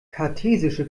kartesische